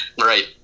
Right